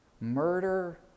murder